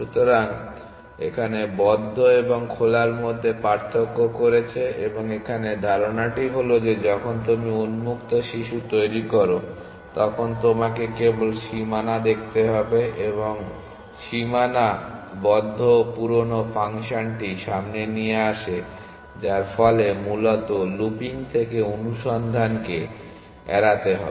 সুতরাং এখানে বদ্ধ এবং খোলার মধ্যে পার্থক্য করেছে এবং এখানে ধারণাটি হল যে যখন তুমি উন্মুক্ত শিশু তৈরি করো তখন তোমাকে কেবল সীমানা দেখতে হবে এবং সীমানা বদ্ধ পুরানো ফাংশনটি সামনে নিয়ে আসে যার ফলে মূলত লুপিং থেকে অনুসন্ধানকে এড়াতে হবে